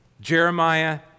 Jeremiah